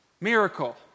miracle